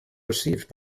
received